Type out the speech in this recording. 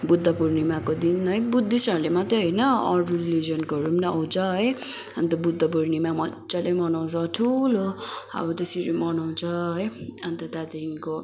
बुद्ध पूर्णिमाको दिन है बुद्धिस्टहरूले मात्रै होइन अरू रिलिजियनकोहरू पनि आउँछ है अन्त बुद्ध पूर्णिमा मजाले मनाउँछ ठुलो अब त्यसरी मनाउँछ है अन्त त्यहाँदेखिको